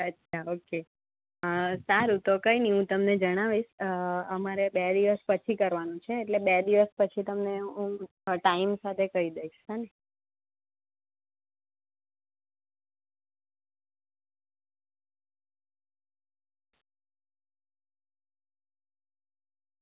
અચ્છા ઓકે સારું તો કંઈ નહીં હું તમને જણાવીશ અમારે બે દિવસ પછી કરવાનું છે એટલે બે દિવસ પછી તમને હું ટાઈમ સાથે કહી દઈશ હ ને